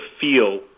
feel